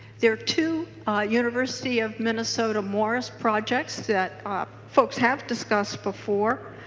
there are two university of minnesota morris projects that folks have discussed before.